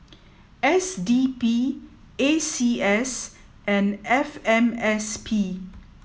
S D P A C S and F M S P